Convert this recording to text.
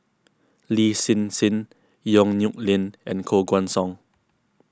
Lin Hsin Hsin Yong Nyuk Lin and Koh Guan Song